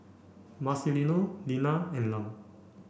Marcelino Linna and Lum